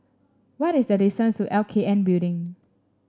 what is the distance to L K N Building